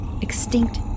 extinct